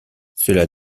cela